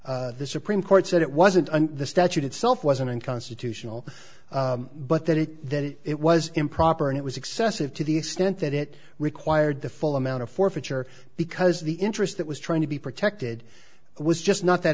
the supreme court said it wasn't under the statute itself wasn't unconstitutional but that it that it was improper and it was excessive to the extent that it required the full amount of forfeiture because the interest that was trying to be protected was just not that